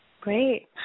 Great